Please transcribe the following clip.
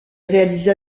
réalisa